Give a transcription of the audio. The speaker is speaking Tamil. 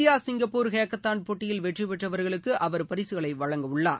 இந்திய சிங்கப்பூர் ஹேக்கத்தாள் போட்டியில் வெற்றிப் பெற்றவர்களுக்கு அவர் பரிசுகளை வழங்க உள்ளார்